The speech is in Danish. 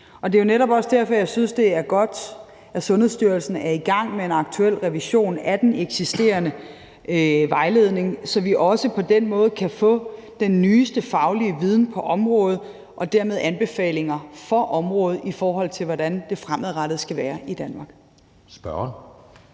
Og det er jo netop også derfor, jeg synes, det er godt, at Sundhedsstyrelsen er i gang med en aktuel revision af den eksisterende vejledning, så vi på den måde kan få den nyeste faglige viden på området og dermed også anbefalingerne for området, i forhold til hvordan det fremadrettet skal være i Danmark. Kl.